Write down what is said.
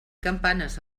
campanes